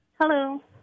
Hello